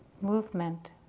movement